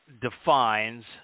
defines